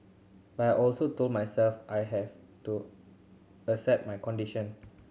but I also told myself I had to accept my condition